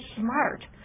smart